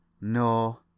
No